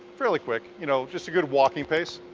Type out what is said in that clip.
fairly quick. you know, just a good walking pace.